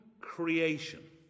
creation